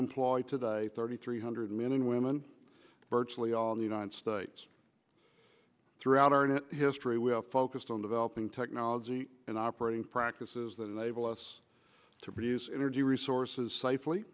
employed today thirty three hundred men and women virtually all the united states throughout our history we are focused on developing technology and operating practices that enable us to produce energy resources safely